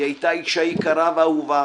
היא הייתה אישה יקרה ואהובה